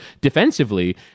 defensively